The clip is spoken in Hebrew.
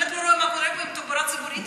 האהבה העצמית שלך עוברת כל גבול.